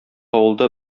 авылда